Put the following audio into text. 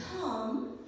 come